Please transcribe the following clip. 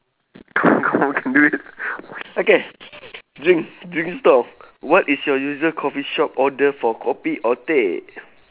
come on come on we can do it okay drink drinks stall what is your usual coffee shop order for kopi or teh